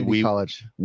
College